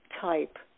type